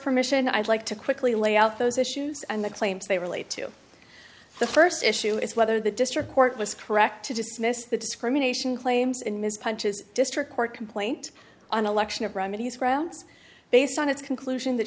permission i'd like to quickly lay out those issues and the claims they relate to the first issue is whether the district court was correct to dismiss the discrimination claims in ms punches district court complaint on election of remedies grounds based on its conclusion that